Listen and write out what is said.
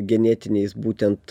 genetiniais būtent